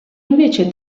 invece